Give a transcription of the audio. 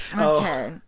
Okay